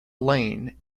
lane